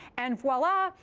and voila,